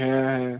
হ্যাঁ